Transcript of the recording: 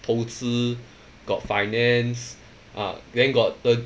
投资 got finance ah then got the